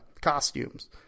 costumes